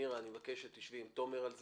מירה, אני מבקש שתשבי עם תומר על זה.